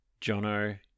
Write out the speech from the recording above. Jono